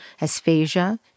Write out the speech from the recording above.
asphasia